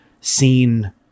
seen